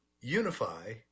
unify